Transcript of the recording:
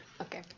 Okay